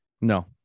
No